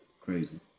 crazy